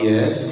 Yes